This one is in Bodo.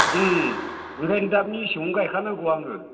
ओंखायनो दा मेसेङावनो गायखानांगौ आङो